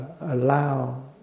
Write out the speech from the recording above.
allow